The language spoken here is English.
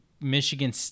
Michigan